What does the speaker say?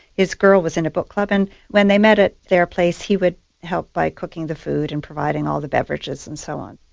his girl was in a book club, and when they met at their place he would help by cooking the food and providing all the beverages and so on.